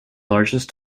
largest